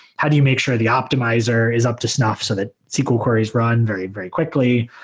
how do you make sure the optimizer is up to snuff so that sql queries run very very quickly?